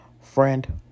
Friend